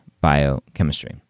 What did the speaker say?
biochemistry